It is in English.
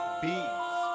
beats